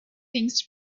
things